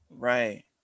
Right